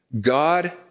God